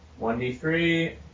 1d3